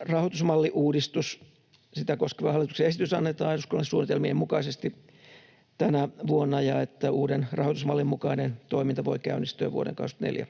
rahoitusmalliuudistus, sitä koskeva hallituksen esitys, annetaan eduskunnalle suunnitelmien mukaisesti tänä vuonna ja että uuden rahoitusmallin mukainen toiminta voi käynnistyä vuoden 24